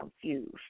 confused